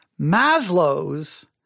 Maslow's